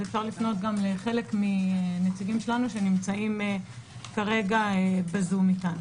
אפשר לפנות לחלק מנציגים שלנו שנמצאים בזום כאן.